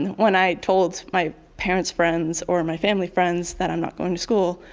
when i told my parents friends or my family friends that i'm not going to school.